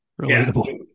Relatable